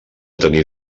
tenir